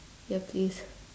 ya please